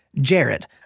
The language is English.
Jared